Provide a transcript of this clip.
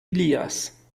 ilias